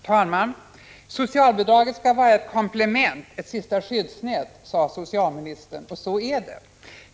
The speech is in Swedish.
Herr talman! Socialbidraget skall vara ett komplement, ett sista skyddsnät, sade socialministern, och så är det.